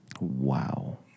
wow